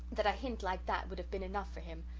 that a hint like that would have been enough for him!